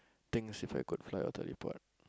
things If I could fly or teleport